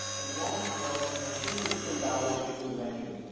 and wallace was as different from darwin as you could imagine.